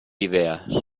idees